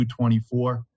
224